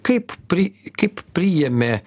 kaip pri kaip priėmė